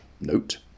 Note